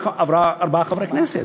ארבעה חברי כנסת,